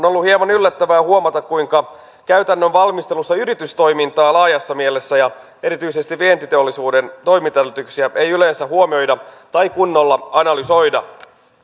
ollut hieman yllättävää huomata kuinka käytännön valmistelussa yritystoimintaa laajassa mielessä ja erityisesti vientiteollisuuden toimintaedellytyksiä ei yleensä huomioida tai kunnolla analysoida